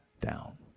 down